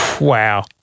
wow